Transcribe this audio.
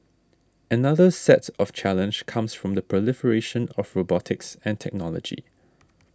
another set of challenge comes from the proliferation of robotics and technology